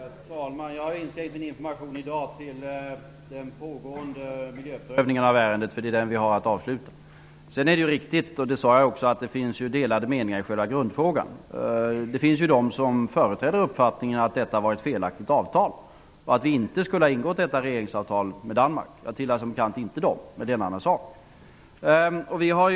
Herr talman! Jag har inskränkt min information i dag till den pågående miljöprövningen av ärendet. Det är den som vi har att avsluta. Det är riktigt -- och det sade jag också -- att det råder delade meningar i själva grundfrågan. Det finns personer som företräder uppfattningen att detta var ett felaktigt avtal och att vi inte skulle ha ingått detta regeringsavtal med Danmark. Jag tillhör alltså som bekant inte dem, men det är en annan sak.